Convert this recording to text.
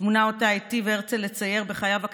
תמונה שהיטיב הרצל לצייר בחייו הקצרים.